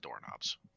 doorknobs